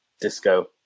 disco